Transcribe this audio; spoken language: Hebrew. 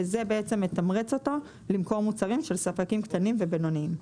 וזה בעצם מתמרץ אותו למכור מוצרים של ספקים קטנים ובינוניים.